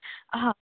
हां